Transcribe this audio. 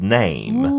name